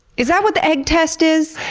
is that what the egg test is?